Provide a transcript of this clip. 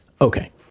Okay